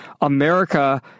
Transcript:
america